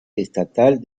estatal